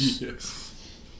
Yes